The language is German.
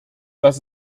dass